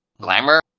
glamour